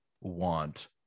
want